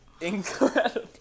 incredible